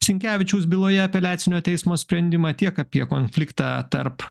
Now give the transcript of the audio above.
sinkevičiaus byloje apeliacinio teismo sprendimą tiek apie konfliktą tarp